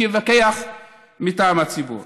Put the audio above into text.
שיפקח מטעם הציבור.